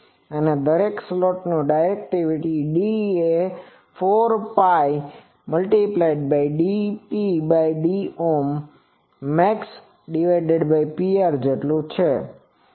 અને દરેક સ્લોટની ડાયરેક્ટિવિટી D એ 4Π dPdǀmax Pr